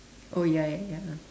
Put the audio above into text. oh ya ya ya